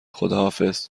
خداحافظ